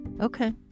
okay